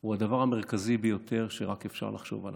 הם הדבר המרכזי ביותר שרק אפשר לחשוב עליו.